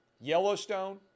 Yellowstone